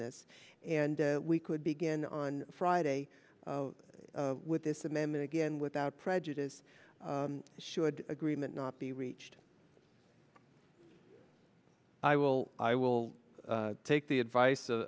this and we could begin on friday with this amendment again without prejudice should agreement not be reached i will i will take the advice of